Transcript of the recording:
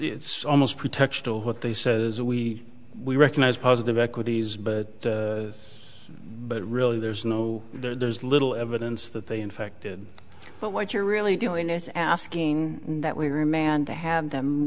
it's almost pretext or what they say we we recognize positive equities but but really there's no there's little evidence that they infected but what you're really doing is asking that we are man to have them